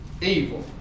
evil